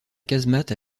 casemate